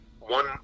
One